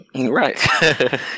right